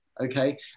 okay